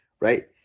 right